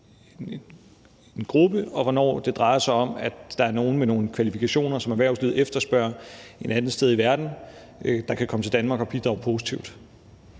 en gruppe, og hvornår det drejer sig om, at der er nogle med nogle kvalifikationer, som erhvervslivet efterspørger, et andet sted i verden, der kan komme til Danmark og bidrage positivt.